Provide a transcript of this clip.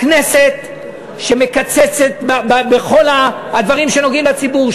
הכנסת שמקצצת בכל הדברים שנוגעים לציבור,